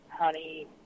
honey